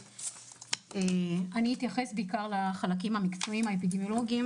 אני אתייחס בעיקר לחלקים המקצועיים האפידמיולוגיים